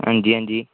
हां जी हां जी